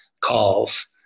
calls